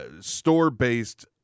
store-based